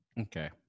okay